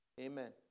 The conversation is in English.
Amen